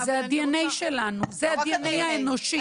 אבל זה הדנ"א שלנו, זה הדנ"א האנושי.